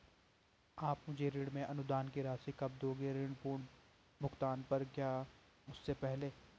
आप मुझे ऋण में अनुदान की राशि कब दोगे ऋण पूर्ण भुगतान पर या उससे पहले?